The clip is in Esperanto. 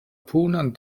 punon